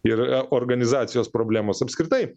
ir a organizacijos problemos apskritai